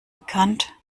bekannt